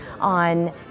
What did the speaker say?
on